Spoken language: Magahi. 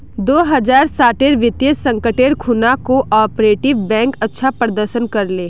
दो हज़ार साटेर वित्तीय संकटेर खुणा कोआपरेटिव बैंक अच्छा प्रदर्शन कर ले